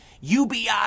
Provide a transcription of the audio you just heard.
UBI